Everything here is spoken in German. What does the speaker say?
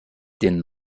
den